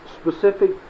specific